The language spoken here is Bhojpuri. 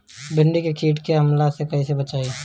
भींडी के कीट के हमला से कइसे बचाई?